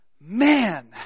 Man